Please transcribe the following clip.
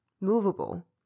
movable